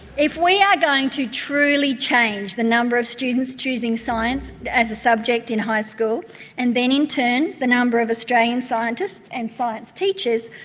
if we are going to truly change the number of students choosing science as a subject in high school and then in turn the number of australian scientists and science teachers,